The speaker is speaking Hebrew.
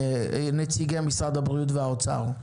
נציגי משרד הבריאות והאוצר?